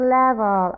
level